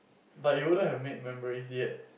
but you wouldn't have made memories yet